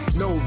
no